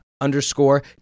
underscore